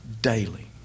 daily